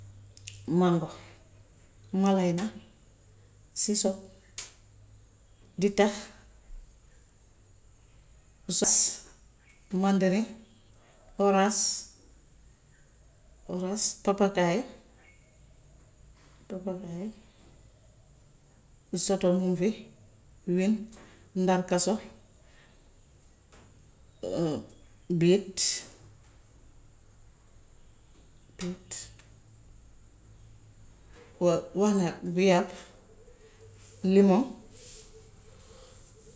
Mànga, mareena, siso, dittax, sis, màndarin, oraas oraas, pàppakaay pàppakaay, soto miŋ fi, min ndarkaso, déet déet wax naa goyaab, limoo.